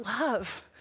love